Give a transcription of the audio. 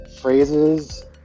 phrases